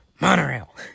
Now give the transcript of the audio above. monorail